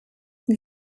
wir